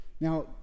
Now